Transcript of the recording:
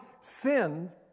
sinned